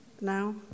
Now